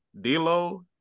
D'Lo